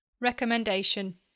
Recommendation